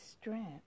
strength